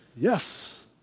Yes